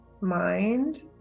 mind